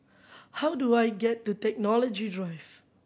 how do I get to Technology Drive